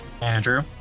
Andrew